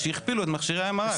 שהכפילו את מכשירי ה-MRI.